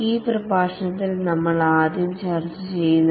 ഈ പ്രഭാഷണത്തിൽ നമ്മൾ ആദ്യം സ്ക്രം ആണ് ചർച്ചചെയ്യുന്നത്